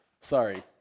Sorry